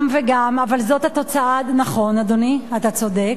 גם וגם, אבל זאת התוצאה, נכון, אדוני, אתה צודק,